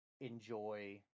enjoy